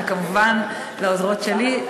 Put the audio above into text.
וכמובן לעוזרות שלי,